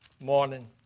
morning